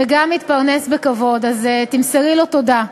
וגם מתפרנס בכבוד, אז תמסרי לו תודה.